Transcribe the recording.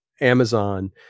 Amazon